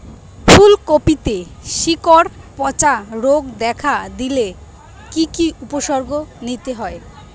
ফুলকপিতে শিকড় পচা রোগ দেখা দিলে কি কি উপসর্গ নিতে হয়?